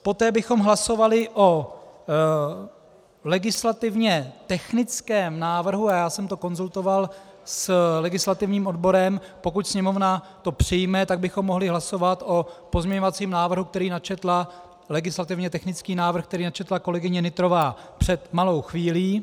Poté bychom hlasovali o legislativně technickém návrhu, a já jsem to konzultoval s legislativním odborem, pokud to Sněmovna přijme, mohli bychom hlasovat o pozměňovacím návrhu, který načetla, legislativně technický návrh, který načetla kolegyně Nytrová před malou chvílí.